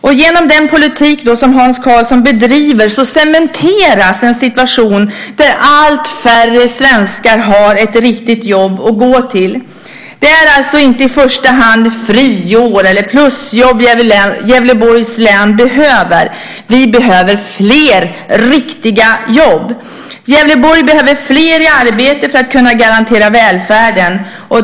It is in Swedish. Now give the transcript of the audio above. På grund av den politik som Hans Karlsson bedriver cementeras en situation där allt färre svenskar har ett riktigt jobb att gå till. Det är inte i första hand friår eller plusjobb Gävleborgs län behöver. Vi behöver fler riktiga jobb. Gävleborg behöver fler i arbete för att kunna garantera välfärden.